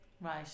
right